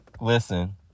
Listen